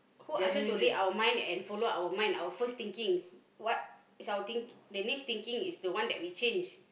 who ask you to read our mind and follow our mind our first thinking what's our thinking the next thinking is the one that we change